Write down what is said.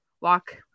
walk